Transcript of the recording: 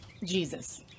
jesus